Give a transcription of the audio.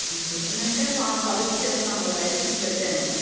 పొద్దున అంటే వా కర్రీస్ చేస్తాను రైస్ ఇప్పుడు పెట్టాను